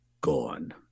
Gone